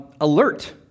alert